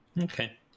Okay